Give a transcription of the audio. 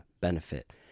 benefit